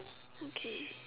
okay